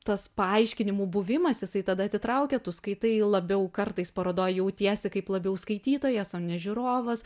tas paaiškinimų buvimas jisai tada atitraukia tu skaitai labiau kartais parodoj jautiesi kaip labiau skaitytojas o ne žiūrovas